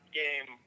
game